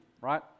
right